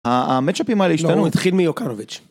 המצ'אפים האלה ישתנו התחיל מיוקרוויץ'.